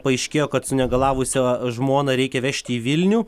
paaiškėjo kad sunegalavusią žmoną reikia vežt į vilnių